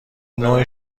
نوع